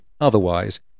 otherwise